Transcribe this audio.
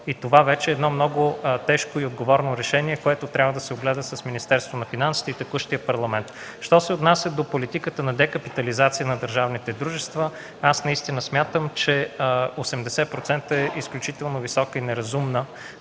Това вече е много тежко и отговорно решение, което трябва да се огледа с Министерството на финансите и текущия Парламент. Що се отнася до политиката на декапитализация на държавните дружества, смятам, че 80% е изключително висока и неразумна